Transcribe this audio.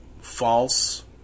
false